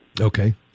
Okay